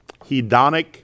Hedonic